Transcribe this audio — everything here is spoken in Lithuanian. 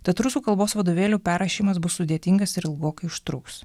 tad rusų kalbos vadovėlių perrašymas bus sudėtingas ir ilgokai užtruks